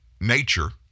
nature